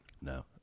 No